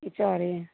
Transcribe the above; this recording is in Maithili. उचारेँ